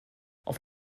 auf